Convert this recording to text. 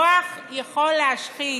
כוח יכול להשחית,